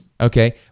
Okay